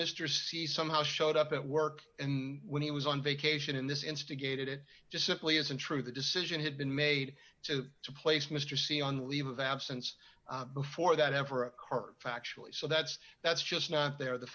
c somehow showed up at work when he was on vacation in this instigated it just simply isn't true the decision had been made so to place mr c on leave of absence before that ever occurred factually so that's that's just not there the